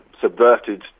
subverted